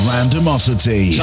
Randomosity